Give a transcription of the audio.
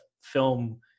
film